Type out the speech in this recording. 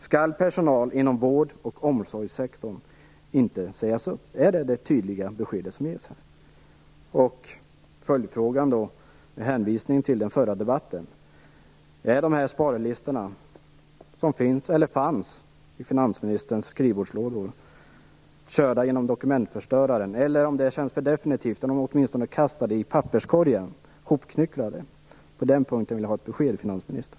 Skall inte personal inom vård och omsorgssektorn sägas upp? Är detta det tydliga besked som ges? Som följdfråga undrar jag, med hänvisning till den förra debatten: Är de sparlistor som finns, eller fanns, i finansministerns skrivbordslådor körda genom dokumentförstöraren? Eller, om det känns för definitivt, är de åtminstone hopknycklade och kastade papperskorgen? På den punkten vill jag ha ett besked, finansministern.